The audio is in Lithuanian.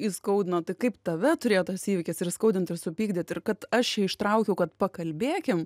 įskaudino tai kaip tave turėjo tas įvykis ir skaudint ir supykdyt ir kad aš čia ištraukiau kad pakalbėkim